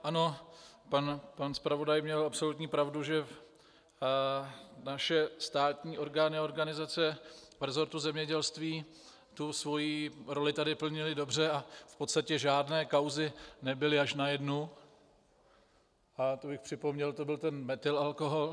Ano, pan zpravodaj měl absolutní pravdu, že naše státní orgány a organizace v resortu zemědělství svoji roli tady plnily dobře a v podstatě žádné kauzy nebyly, až na jednu, a to bych připomněl, to byl ten metylalkohol.